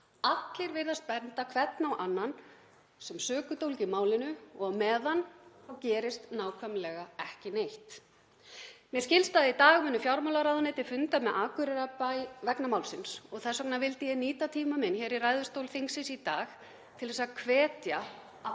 Allir virðast benda hver á annan sem sökudólg í málinu og á meðan gerist nákvæmlega ekki neitt. Mér skilst að í dag muni fjármálaráðuneyti funda með Akureyrarbæ vegna málsins og þess vegna vildi ég nýta tíma minn hér í ræðustól þingsins í dag til að hvetja af